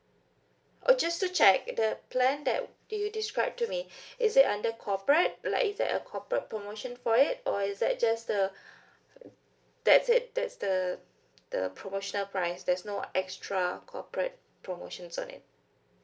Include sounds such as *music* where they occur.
oh just to check the plan that you described to me *breath* is it under corporate like is there a corporate promotion for it or is that just the *breath* that's it that's the the promotional price there's no extra corporate promotions on it